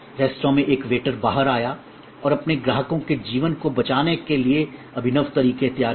restaurant में एक waiter बाहर आया और अपने ग्राहकों के जीवन को बचाने के लिए अभिनव तरीके तैयार किए